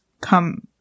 come